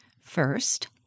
First